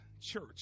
Church